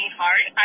hard